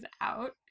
out